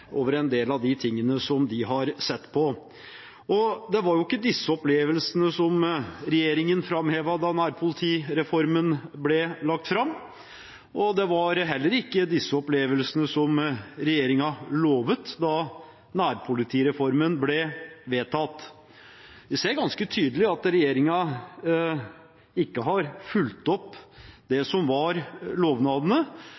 over en del av de tingene de har sett på. Det var jo ikke disse opplevelsene regjeringen framhevet da nærpolitireformen ble lagt fram, og det var heller ikke disse opplevelsene regjeringen lovet da nærpolitireformen ble vedtatt. Vi ser ganske tydelig at regjeringen ikke har fulgt opp